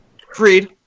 Creed